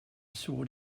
sword